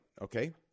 Okay